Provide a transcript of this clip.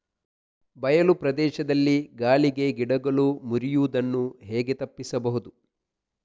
ಬಯಲು ಪ್ರದೇಶದಲ್ಲಿ ಗಾಳಿಗೆ ಗಿಡಗಳು ಮುರಿಯುದನ್ನು ಹೇಗೆ ತಪ್ಪಿಸಬಹುದು?